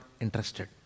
interested